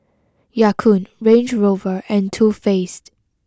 Ya Kun Range Rover and Too Faced